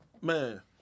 man